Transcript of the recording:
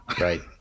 Right